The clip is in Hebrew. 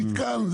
זה מתקן,